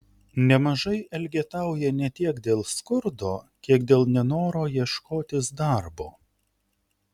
nemažai elgetauja ne tiek dėl skurdo kiek dėl nenoro ieškotis darbo